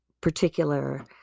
particular